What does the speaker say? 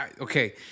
Okay